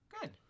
Good